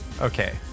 okay